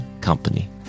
Company